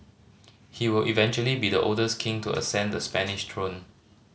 he will eventually be the oldest king to ascend the Spanish throne